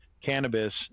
cannabis